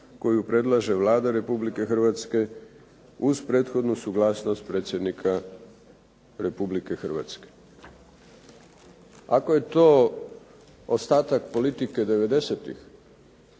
koju predlaže Vlada Republike Hrvatske uz prethodnu suglasnost predsjednika Republike Hrvatske.". Ako je to ostatak politike